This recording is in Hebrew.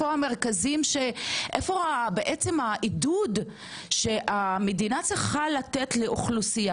איפה העידוד שהמדינה צריכה לאוכלוסייה